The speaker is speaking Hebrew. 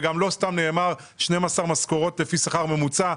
וגם לא סתם נאמר: 12 משכורות לפי שכר ממוצע.